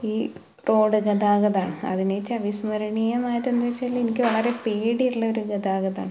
ഈ റോഡ് ഗതാഗതമാണ് അതിനായിട്ട് അവിസ്മരണീയമായിട്ടെന്ത് വെച്ചാല് എനിക്ക് വളരെ പേടിയുള്ള ഒരു ഗതാഗതമാണ്